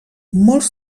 molts